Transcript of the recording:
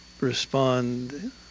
respond